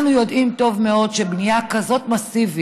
אנחנו יודעים טוב מאוד שבנייה מסיבית